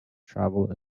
travel